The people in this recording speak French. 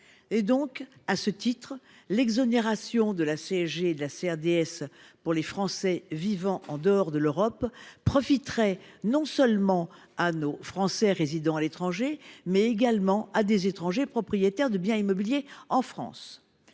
français. À ce titre, l’exonération de la CSG et de la CRDS pour les Français vivant en dehors de l’Europe profiterait non seulement aux Français résidant à l’étranger, mais également à des étrangers propriétaires de biens immobiliers en France.